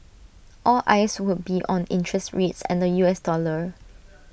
all eyes would be on interest rates and the U S dollar